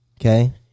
okay